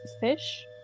fish